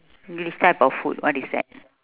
english type of food what is that